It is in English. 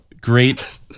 Great